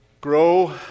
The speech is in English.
Grow